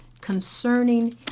concerning